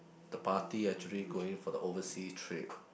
the party actually going for the overseas trip